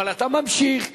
אבל אתה ממשיך וממשיך.